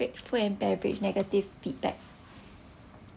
make food and beverage negative feedback